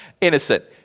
innocent